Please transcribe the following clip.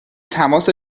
تماس